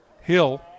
Hill